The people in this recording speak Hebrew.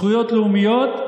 זכויות לאומיות,